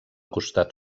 costat